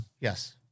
Yes